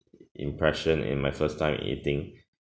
impression in my first time eating